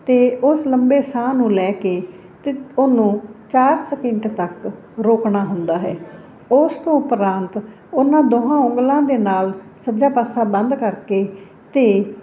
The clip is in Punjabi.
ਅਤੇ ਉਸ ਲੰਬੇ ਸਾਹ ਨੂੰ ਲੈ ਕੇ ਅਤੇ ਉਹਨੂੰ ਚਾਰ ਸਕਿੰਟ ਤੱਕ ਰੋਕਣਾ ਹੁੰਦਾ ਹੈ ਉਸ ਤੋਂ ਉਪਰੰਤ ਉਹਨਾਂ ਦੋਹਾਂ ਉਂਗਲਾਂ ਦੇ ਨਾਲ ਸੱਜਾ ਪਾਸਾ ਬੰਦ ਕਰਕੇ ਅਤੇ